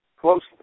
closely